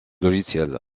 logiciels